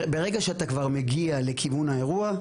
ברגע שאתה כבר מגיע לכיוון האירוע,